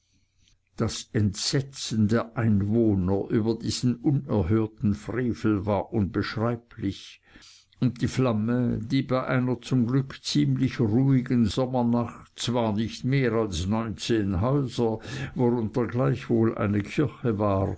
das entsetzen der einwohner über diesen unerhörten frevel war unbeschreiblich und die flamme die bei einer zum glück ziemlich ruhigen sommernacht zwar nicht mehr als neunzehn häuser worunter gleichwohl eine kirche war